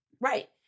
Right